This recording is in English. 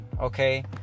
okay